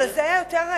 אבל זה היה יותר,